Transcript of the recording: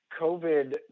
COVID